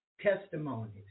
testimonies